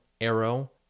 arrow